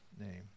name